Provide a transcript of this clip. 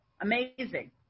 amazing